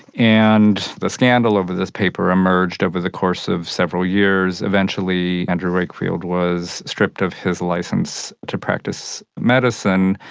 and the scandal over this paper emerged over the course of several years. eventually andrew wakefield was stripped of his licence to practice medicine,